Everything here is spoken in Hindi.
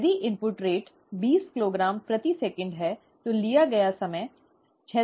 यदि इनपुट दर बीस किलोग्राम प्रति सेकंड है तो लिया गया समय छह सौ सेकंड या दस मिनट होगा